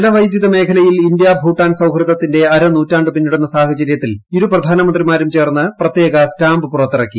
ജല വൈദ്യുത മേഖലയിൽ ഇന്ത്യ ഭൂട്ടാൻ സൌഹൃദത്തിന്റെ അരനൂറ്റാണ്ട് പിന്നിടുന്ന സാഹചര്യത്തിൽ ഇരു പ്രധാനമന്ത്രിമാരും ചേർന്ന് പ്രത്യേക സ്റ്റാമ്പ് പുറത്തിറക്കി